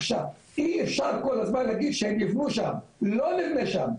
אי אפשר כל הזמן להגיד שהם יבנו שם, לא נבנה שם.